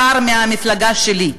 השר מהמפלגה שלי,